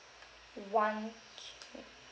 one K